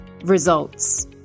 results